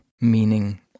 meaning